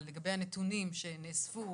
אבל לגבי הנתונים שנאספו,